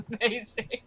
amazing